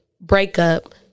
breakup